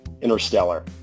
Interstellar